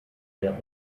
sehr